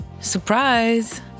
Surprise